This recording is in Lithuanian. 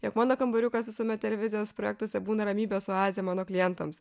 jog mano kambariukas visuomet televizijos projektuose būna ramybės oazė mano klientams